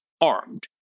armed